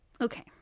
Okay